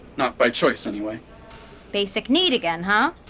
not by choice, anyway basic need again, huh?